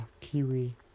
Kiwi